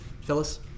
Phyllis